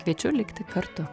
kviečiu likti kartu